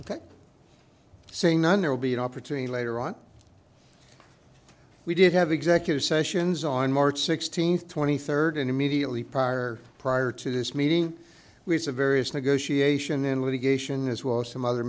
place saying none there will be an opportunity later on we did have executive sessions on march sixteenth twenty third and immediately prior prior to this meeting with the various negotiation in litigation as well as some other